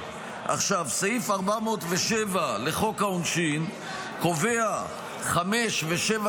סעיף 407 לחוק העונשין קובע חמש ושבע